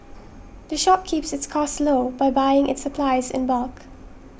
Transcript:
the shop keeps its costs low by buying its supplies in bulk